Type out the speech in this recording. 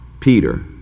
Peter